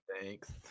Thanks